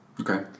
okay